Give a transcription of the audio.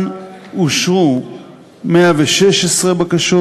אני מסיר את ההסתייגויות.